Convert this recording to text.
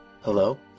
Hello